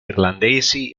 irlandesi